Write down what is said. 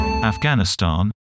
Afghanistan